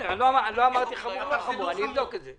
לא אמרתי חמור או לא חמור, אני אבדוק את זה.